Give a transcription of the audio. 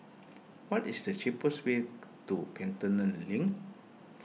what is the cheapest way to Cantonment Link